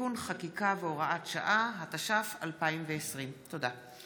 (תיקון חקיקה והוראת שעה), התש"ף 2020. תודה.